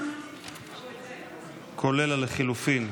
כולל לחלופין,